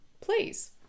please